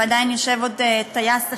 ועדיין יושב כאן טייס אחד,